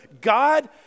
God